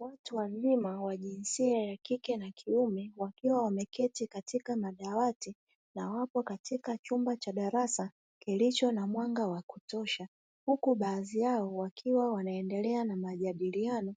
Watu wazima wa jinsia ya kike na kiume wakiwa wameketi katika madawati na wapo katika chumba cha darasa kilicho na mwanga wa kutosha, huku baadhi yao wakiwa wanaendelea na majadiliano.